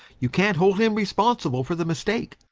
you can't hold him responsible for the mistake,